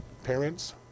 parents